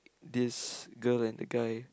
this girl and the guy